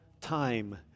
time